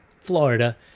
Florida